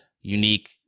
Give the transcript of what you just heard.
unique